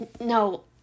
no